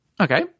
Okay